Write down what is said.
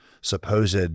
supposed